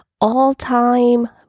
all-time